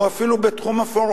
או אפילו בתחום אפור,